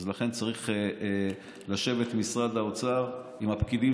לכן משרד האוצר צריך לשבת עם הפקידים